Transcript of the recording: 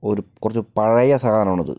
ഒരു കുറച്ച് പഴയ സാധനമാണത്